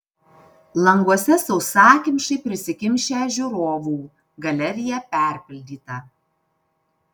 languose sausakimšai prisikimšę žiūrovų galerija perpildyta